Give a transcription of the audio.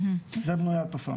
מזה בנויה התופעה.